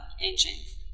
engines